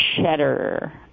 Cheddar